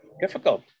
Difficult